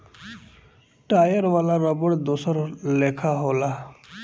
tyre वाला रबड़ दोसर लेखा होला